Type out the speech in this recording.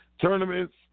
tournaments